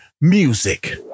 music